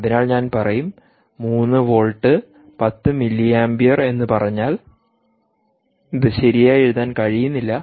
അതിനാൽ ഞാൻ പറയും 3 വോൾട്ട് 10 മില്ലി ആമ്പിയർ എന്ന് പറഞ്ഞാൽ ഇത് ശരിയായി എഴുതാൻ കഴിയുന്നില്ല